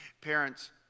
Parents